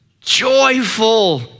joyful